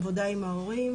עבודה עם ההורים,